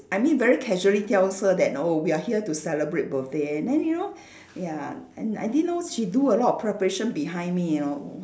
I mean very casually tells her that oh we are here to celebrate birthday and then you know ya and I didn't know she do a lot of preparation behind me you know